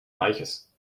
reiches